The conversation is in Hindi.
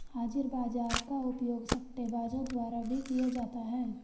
हाजिर बाजार का उपयोग सट्टेबाजों द्वारा भी किया जाता है